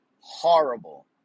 Horrible